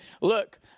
look